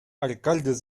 alcaldes